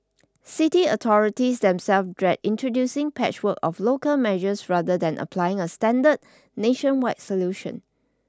city authorities themselves dread introducing patchwork of local measures rather than applying a standard nationwide solution